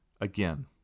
again